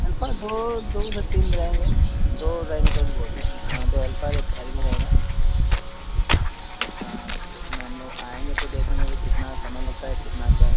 helper दो दो से तीन रहेंगे दो रहेंगे तो भी बहुत हैं हाँ तो हेल्पर एक गाड़ी में रहेगा हाँ तो उसमें हम लोग आएँगे तो देखेंगे अभी कितना समय लगता है कितना क्या